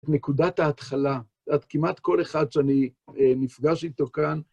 נקודת ההתחלה, עד כמעט כל אחד שאני נפגש איתו כאן,